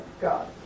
God